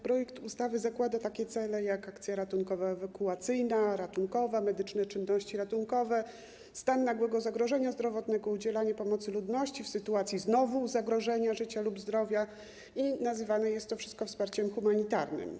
Projekt ustawy zakłada takie cele, jak akcja ratunkowo-ewakuacyjna, ratunkowa, medyczne czynności ratunkowe, jeśli chodzi o stan nagłego zagrożenia zdrowotnego, udzielanie pomocy ludności w sytuacji znowu zagrożenia życia lub zdrowia, i nazywane jest to wszystko wsparciem humanitarnym.